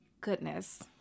goodness